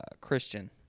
Christian